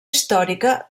històrica